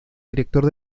director